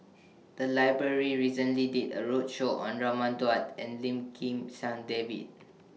The Library recently did A roadshow on Raman Daud and Lim Kim San David